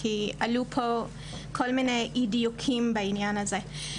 כי עלו פה כל מיני אי-דיוקים בעניין הזה.